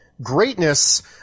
Greatness